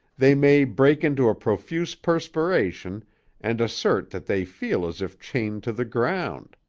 they may break into a profuse perspiration and assert that they feel as if chained to the ground.